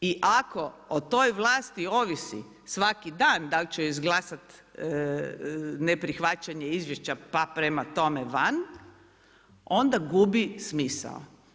I ako o toj vlasti ovisi svaki dan dal će izglasati neprihvaćanje izvješća pa prema tome van, onda gubi smisao.